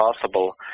possible